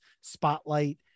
Spotlight